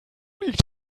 liegt